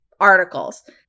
articles